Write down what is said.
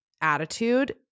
attitude